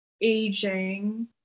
aging